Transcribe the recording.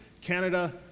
Canada